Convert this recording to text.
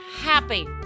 happy